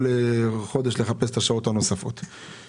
כל חודש לחופש את השעות הנוספות האלה.